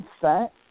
set